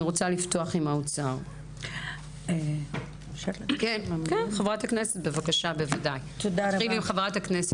בבקשה, חברת הכנסת עאידה תומא סלימאן.